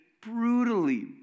Brutally